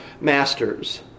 master's